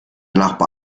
nachbar